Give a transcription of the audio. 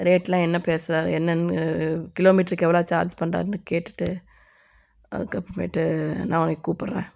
ரேட்லாம் என்ன பேச என்னன்னு கிலோமீட்ருக்கு எவ்வளோ சார்ஜ் பண்ணுறாருன்னு கேட்டுவிட்டு அதுக்கு அப்புறமேட்டு நான் உன்னைய கூப்புடுறேன்